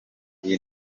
iyi